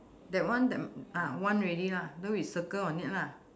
that one that ah one ready lah though is circle on it lah